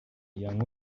young